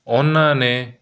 ਉਹਨਾਂ ਨੇ